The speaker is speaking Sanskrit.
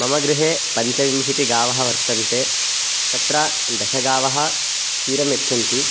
मम गृहे पञ्चविंशतिगावः वर्तन्ते तत्र दशगावः क्षीरं यच्छन्ति